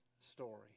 story